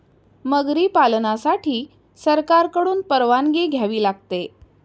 मगरी पालनासाठी सरकारकडून परवानगी घ्यावी लागते